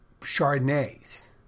Chardonnays